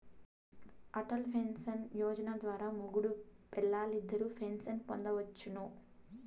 Atal pension Yojana ద్వారా మొగుడూ పెల్లాలిద్దరూ పెన్సన్ పొందొచ్చును